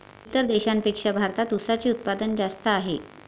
इतर देशांपेक्षा भारतात उसाचे उत्पादन जास्त आहे